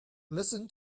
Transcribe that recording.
listen